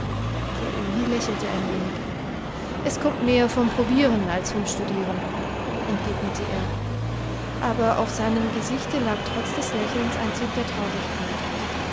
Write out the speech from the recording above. der öhi lächelte ein wenig es kommt mehr vom probieren als vom studieren entgegnete er aber auf seinem gesichte lag trotz des lächelns ein zug der traurigkeit